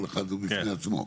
כל אחד בפני עצמו.